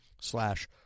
slash